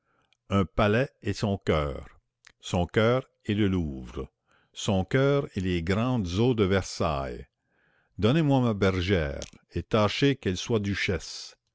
un palais et son coeur son coeur et le louvre son coeur et les grandes eaux de versailles donnez-moi ma bergère et tâchez qu'elle soit duchesse